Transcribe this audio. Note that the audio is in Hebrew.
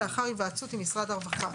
לאחר היוועצות עם משרד הרווחה.